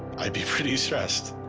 i'd be preety stressed.